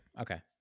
okay